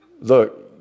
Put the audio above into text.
Look